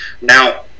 Now